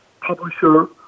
publisher